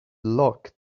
luck